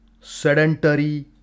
sedentary